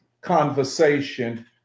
conversation